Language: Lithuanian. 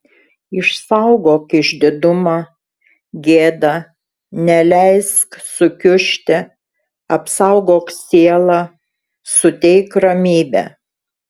išsaugok išdidumą gėdą neleisk sukiužti apsaugok sielą suteik ramybę